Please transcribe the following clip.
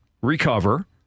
recover